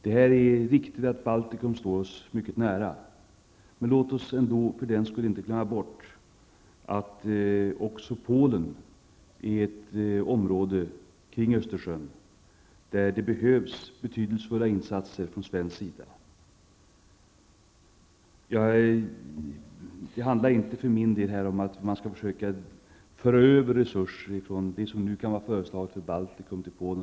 Det är riktigt att Baltikum står oss mycket nära. Men låt oss för den skull inte glömma bort att också Polen är ett område kring Östersjön, där det behövs betydelsefulla insatser från svensk sida. Det handlar för min del inte om att jag anser att man skall försöka föra över en del av de resurser som nu kan vara föreslagna för Baltikum till Polen.